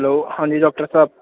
hello ਹਾਂਜੀ doctor ਸਾਹਿਬ